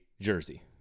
Jersey